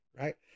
right